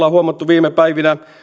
on huomattu viime päivinä